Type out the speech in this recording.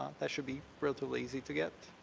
um that should be relatively easy to get.